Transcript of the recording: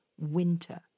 winter